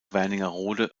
wernigerode